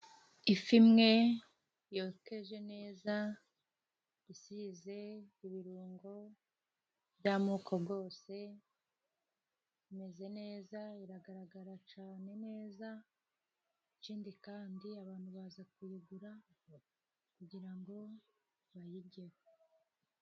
Ifi imwe yokeje neza isize ibirungo by'amoko bwose imeze neza iragaragara cyane neza ikindi kandi abantu baza kuyigura kugira ngo bajyigeho.